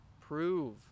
Prove